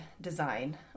Design